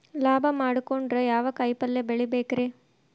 ಲಾಭ ಮಾಡಕೊಂಡ್ರ ಯಾವ ಕಾಯಿಪಲ್ಯ ಬೆಳಿಬೇಕ್ರೇ?